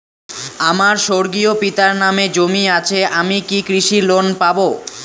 আমার স্বর্গীয় পিতার নামে জমি আছে আমি কি কৃষি লোন পাব?